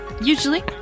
Usually